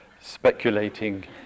speculating